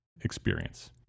experience